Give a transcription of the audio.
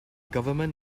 government